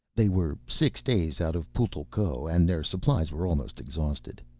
they were six days out of putl'ko and their supplies were almost exhausted.